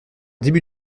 début